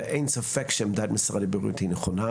ואין ספק שדעת משרד הבריאות היא נכונה,